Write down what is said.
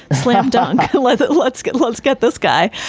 slamdunk. let's let's get let's get this guy.